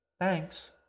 Thanks